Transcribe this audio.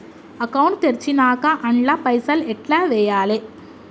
Account తెరిచినాక అండ్ల పైసల్ ఎట్ల వేయాలే?